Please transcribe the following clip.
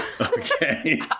okay